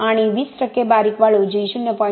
आणि 20 टक्के बारीक वाळू जी 0